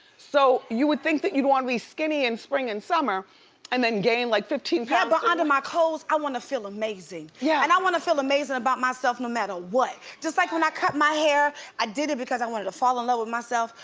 so you would think but you'd want to be skinny in spring and summer and then gain like fifteen pounds. yeah but under my clothes i want to feel amazing. yeah and i want to feel amazing about myself no matter what just like when i cut my hair, i did it because i wanted a fall in love with myself.